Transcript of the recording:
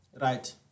Right